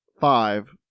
Five